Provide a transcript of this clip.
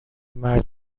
مرد